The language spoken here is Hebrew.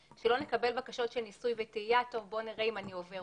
שלא נקבל בקשות של ניסוי וטעייה של בוא נראה אם אני עובר